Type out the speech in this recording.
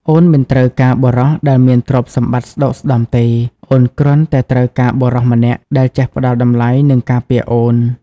អូនមិនត្រូវការបុរសដែលមានទ្រព្យសម្បត្តិស្តុកស្តម្ភទេ អូនគ្រាន់តែត្រូវការបុរសម្នាក់ដែលចេះផ្តល់តម្លៃ និងការពារអូន។